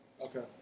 Okay